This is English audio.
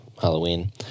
Halloween